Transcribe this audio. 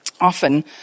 often